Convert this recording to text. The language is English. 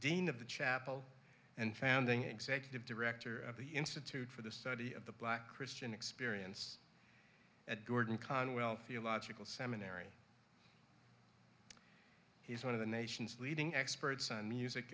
dean of the chapel and founding executive director of the institute for the study of the black christian experience at gordon conwell theological seminary he's one of the nation's leading experts on music